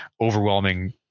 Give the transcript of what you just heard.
overwhelming